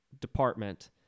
department